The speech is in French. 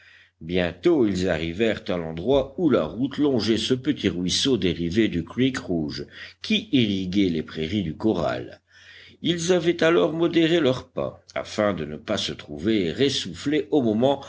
bientôt ils arrivèrent à l'endroit où la route longeait ce petit ruisseau dérivé du creek rouge qui irriguait les prairies du corral ils avaient alors modéré leur pas afin de ne pas se trouver essoufflés au moment